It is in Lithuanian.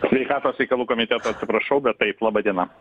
sveikatos reikalų komiteto atsiprašau bet taip laba diena